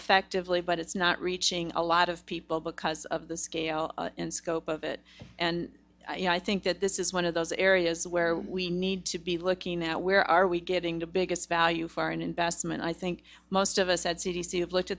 effectively but it's not reaching a lot of people because of the scale and scope of it and you know i think that this is one of those areas where we need to be looking at where are we getting the biggest value foreign investment i think most of us at c d c have looked